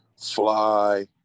fly